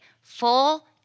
full